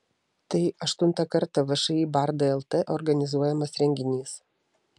tai aštuntą kartą všį bardai lt organizuojamas renginys